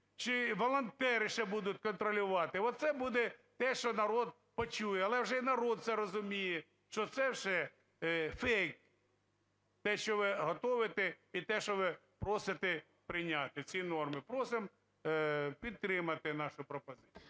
чи волонтери ще будуть контролювати – оце буде те, що народ почує. Але вже й народ це розуміє, що це все фейк, те, що ви готуєте, і те, що ви просите прийняти, ці норми. Просимо підтримати нашу пропозицію.